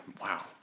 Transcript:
Wow